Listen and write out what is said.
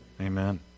Amen